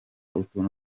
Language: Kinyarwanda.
utuntu